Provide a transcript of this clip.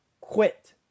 quit